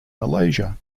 malaysia